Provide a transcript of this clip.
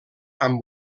amb